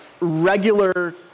regular